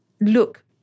look